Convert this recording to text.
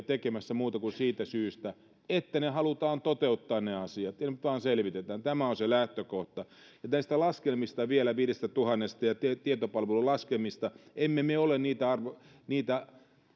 tekemässä muusta kuin siitä syystä että halutaan toteuttaa ne asiat ne nyt vaan selvitetään tämä on se lähtökohta näistä laskelmista vielä viidestätuhannesta ja tietopalvelun laskelmista emme me ole niitä